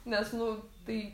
nes nu tai